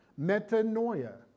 metanoia